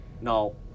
No